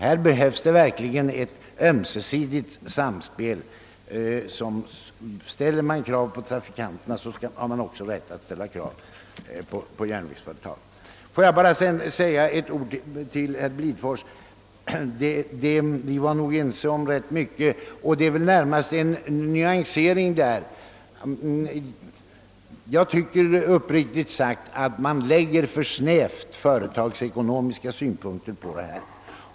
Här behövs det verkligen en ömsesidig vilja till samspel. Ställer man krav på trafikanterna, har man också rätt att ställa krav på järnvägsföretaget. Får jag sedan bara rikta några ord till herr Blidfors. Vi var nog ense om ganska mycket. Vår meningsskiljaktighet var väl närmast en fråga om nyansering. Jag tycker uppriktigt sagt att man lägger alltför snäva företagsekonomiska synpunkter på detta problem.